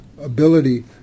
ability